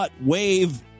Wave